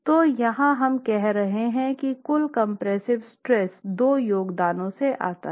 तो यहाँ हम कह रहे हैं कि कुल कंप्रेसिव स्ट्रेस दो योगदानों से आता है